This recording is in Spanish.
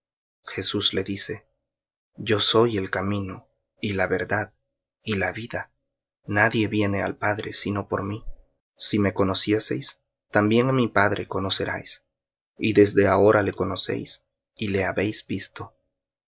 jesús le dice yo soy el camino y la verdad y la vida nadie viene al padre sino por mí si me conocieseis también á mi padre conocierais y desde ahora le conocéis y le habéis visto